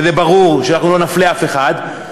וזה ברור שאנחנו לא נפלה אף אחד,